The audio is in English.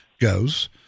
goes